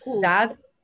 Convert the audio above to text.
That's-